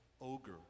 ogre